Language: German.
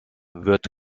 wird